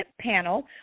panel